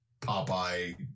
Popeye